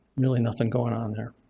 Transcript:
really nothing going on there.